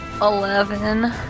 Eleven